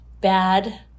bad